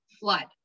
flood